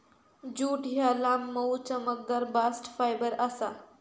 jute ह्या लांब, मऊ, चमकदार बास्ट फायबर आसा